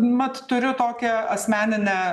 mat turiu tokią asmeninę